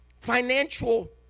financial